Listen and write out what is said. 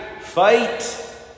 fight